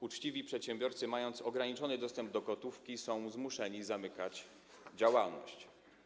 Uczciwi przedsiębiorcy, mając ograniczony dostęp do gotówki, są zmuszeni zamykać działalność.